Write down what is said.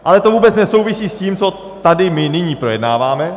Ale to vůbec nesouvisí s tím, co tady my nyní projednáváme.